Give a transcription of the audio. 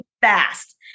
fast